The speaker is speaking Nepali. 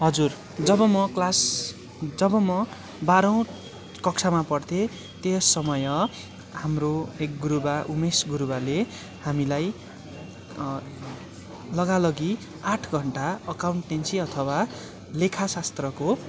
हजुर जब म क्लास जब म बाह्रौँ कक्षामा पढ्थेँ त्यस समय हाम्रो एक गुरुबा उमेश गुरुबाले हामीलाई लगालगी आठ घन्टा अकाउन्टेन्सी अथवा लेखा शास्त्रको